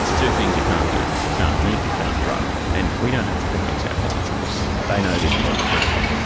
two things you can't do you can't drink, you can't drug. and we don't have to convince our clients of this, they know this more than we do.